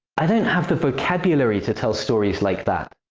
i don't have the vocabulary to tell stories like that.